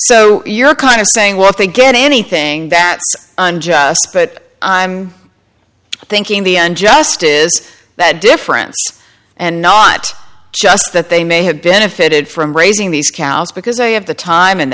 so you're kind of saying well if they get anything that's unjust but i'm thinking the end just is that different and not just that they may have benefited from raising these counts because they have the time and